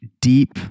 deep